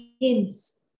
hints